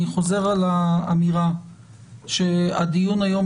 אני חוזר על האמירה שהדיון היום,